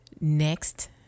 next